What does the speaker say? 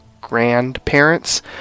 Grandparents